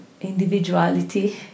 individuality